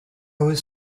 was